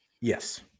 Yes